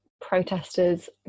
protesters